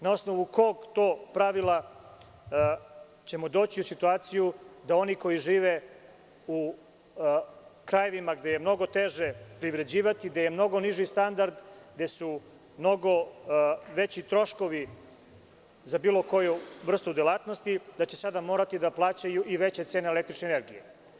Na osnovu kog to pravila ćemo doći u situaciju da oni koji žive u krajevima gde je mnoge teže privređivati, gde je mnogo niži standard, gde su mnogo veći troškovi za bilo koju vrstu delatnosti, da će sada morati da plaćaju i veće cene električne energije?